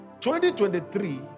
2023